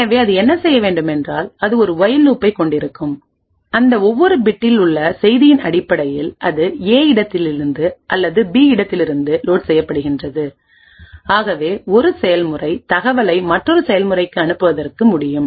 எனவேஅது என்ன செய்ய வேண்டும் என்றால் அது ஒரு ஒயில் லூப்பை கொண்டிருக்கும் அந்த ஒவ்வொரு பிட்டில் உள்ள செய்தியின் அடிப்படையில்அது ஏ இடத்திலிருந்து அல்லது பி இருப்பிடத்திலிருந்து லோட் செய்யப்படுகின்றது ஆகவே ஒரு செயல்முறைதகவலை மற்றொரு செயல்முறைக்கு அனுப்புவதற்கு முடியும்